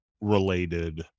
related